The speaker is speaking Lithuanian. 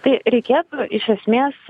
tai reikėtų iš esmės